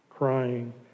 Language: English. Crying